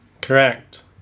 Correct